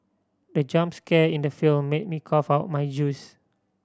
the jump scare in the film made me cough out my juice